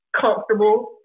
comfortable